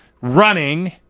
running